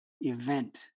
event